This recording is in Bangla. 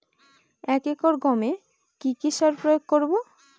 এক একর গমে কি কী সার প্রয়োগ করব?